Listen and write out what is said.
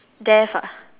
death ah